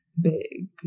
big